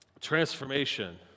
transformation